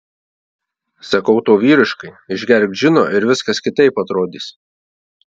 sakau tau vyriškai išgerk džino ir viskas kitaip atrodys